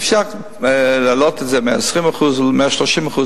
אפשר להעלות את זה ל-120% או ל-130%.